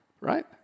right